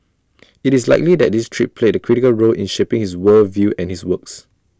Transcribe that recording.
IT is likely that this trip played A critical role in shaping his world view and his works